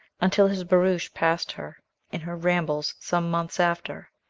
until his barouche passed her in her rambles some months after.